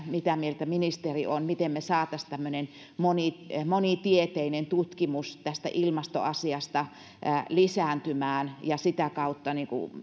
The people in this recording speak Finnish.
mitä mieltä ministeri on miten me saisimme tämmöisen monitieteisen tutkimuksen tästä ilmastoasiasta lisääntymään sitä kautta